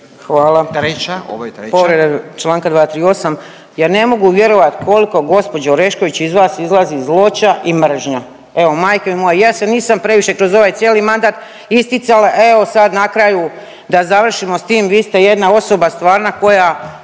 Zmaić, treća. Ovo je treća.